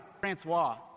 Francois